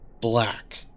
Black